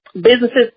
businesses